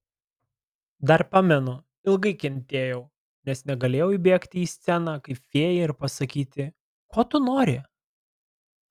dar pamenu ilgai kentėjau nes negalėjau įbėgti į sceną kaip fėja ir pasakyti ko tu nori